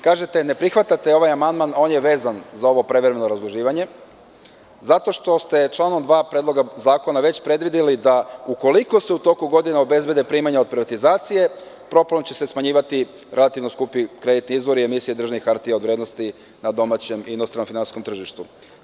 Kažete da ne prihvatate ovaj amandman, a on je vezan za ovo prevremeno razduživanje, zato što ste članom 2. Predloga zakona već predvideli da ukoliko se u toku godine obezbede primanja od privatizacije, smanjivaće se relativno skupi kreditni izvori i emisije državnih hartija od vrednosti na domaćem i inostranom finansijskom tržištu.